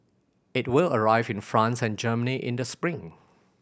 it will arrive in France and Germany in the spring